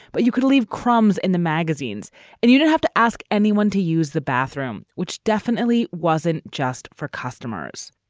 but you could leave crumbs in the magazines and you'd have to ask anyone to use the bathroom, which definitely wasn't just for customers.